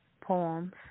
poems